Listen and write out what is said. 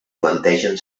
plantegen